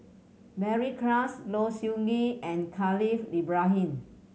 Mary Klass Low Siew Nghee and Khalil Ibrahim